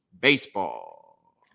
Baseball